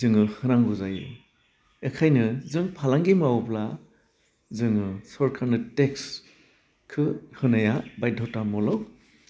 जोङो होनांगौ जायो एखायनो जों फालांगि मावोब्ला जोङो सरकारनो टेक्सखो होनाया बायदथा मलाव